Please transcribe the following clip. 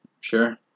Sure